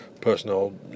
personal